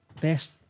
best